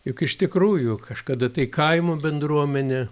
juk iš tikrųjų kažkada tai kaimo bendruomenė